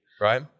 right